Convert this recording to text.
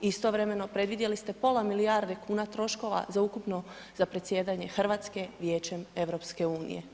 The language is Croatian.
Istovremeno predvidjeli ste pola milijarde kuna troškova za ukupno, za predsjedanje Hrvatske Vijećem EU.